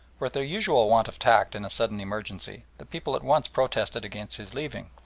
with their usual want of tact in a sudden emergency the people at once protested against his leaving,